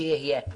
שיהיה.